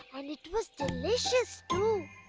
and it was delicious, too.